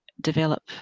develop